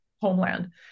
homeland